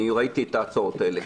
ראיתי את ההצעות האלה,